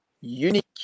unique